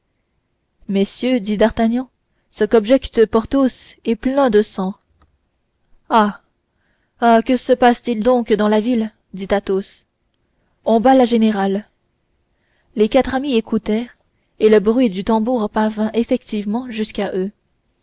messieurs dit d'artagnan ce qu'objecte porthos est plein de sens ah ah que se passe-t-il donc dans la ville dit athos on bat la générale les quatre amis écoutèrent et le bruit du tambour parvint effectivement jusqu'à eux